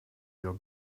your